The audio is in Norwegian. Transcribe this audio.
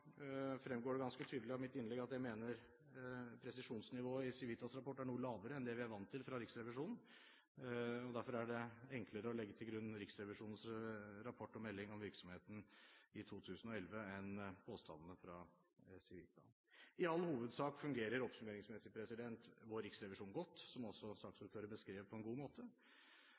fremgår det ganske tydelig av mitt innlegg at jeg mener presisjonsnivået i Civitas rapport er noe lavere enn det vi er vant til fra Riksrevisjonen. Derfor er det enklere å legge til grunn Riksrevisjonens rapport og melding om virksomheten i 2011 enn påstandene fra Civita. I all hovedsak fungerer, oppsummeringsmessig, vår riksrevisjon godt, som saksordføreren beskrev på en god måte.